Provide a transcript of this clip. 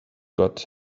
got